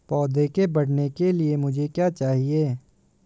पौधे के बढ़ने के लिए मुझे क्या चाहिए?